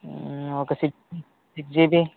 ఒక six six GB